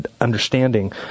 understanding